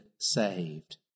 saved